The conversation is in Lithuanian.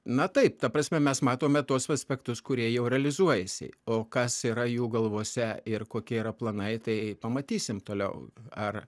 na taip ta prasme mes matome tuos aspektus kurie jau realizuojasi o kas yra jų galvose ir kokie yra planai tai pamatysim toliau ar